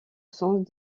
sens